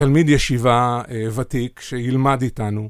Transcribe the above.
תלמיד ישיבה ותיק שילמד איתנו.